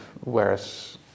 whereas